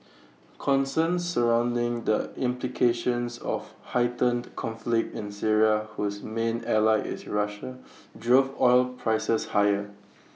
concerns surrounding the implications of heightened conflict in Syria whose main ally is Russia drove oil prices higher